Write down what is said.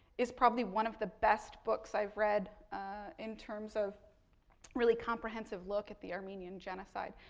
is probably one of the best books i've read in terms of really comprehensive look at the armenian genocide.